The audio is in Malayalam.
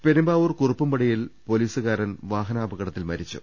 പെരുമ്പാവൂർ കുറുപ്പുംപടിയിൽ പൊലീസുകാരൻ വാഹനാപ കടത്തിൽ മരിച്ചു